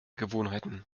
gewohnheiten